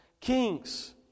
Kings